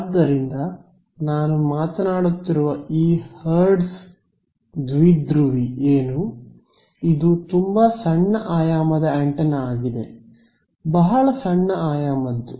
ಆದ್ದರಿಂದ ನಾನು ಮಾತನಾಡುತ್ತಿರುವ ಈ ಹರ್ಟ್ಜ್ ದ್ವಿಧ್ರುವಿ ಏನು ಇದು ತುಂಬಾ ಸಣ್ಣ ಆಯಾಮದ ಆಂಟೆನಾ ಆಗಿದೆ ಬಹಳ ಸಣ್ಣ ಆಯಾಮದ್ದು